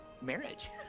marriage